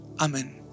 Amen